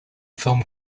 film